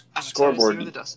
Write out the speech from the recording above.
Scoreboard